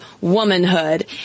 womanhood